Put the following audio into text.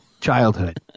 childhood